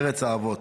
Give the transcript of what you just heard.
ארץ האבות.